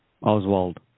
Oswald